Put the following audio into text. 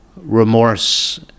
remorse